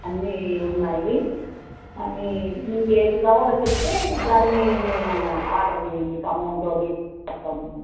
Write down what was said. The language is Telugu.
అన్నీ ఉన్నాయి అన్నీ మీకు ఏది కావాలో చెప్తే దాన్ని మేము ఆర్డర్ మీకు అమౌంట్ అదీ చెప్తామండి